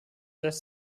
lässt